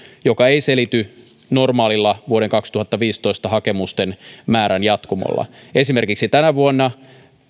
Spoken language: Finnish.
joka ei selity normaalilla vuoden kaksituhattaviisitoista hakemusten määrän jatkumolla esimerkiksi tänä vuonna